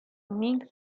ming